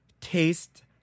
taste